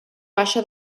baixa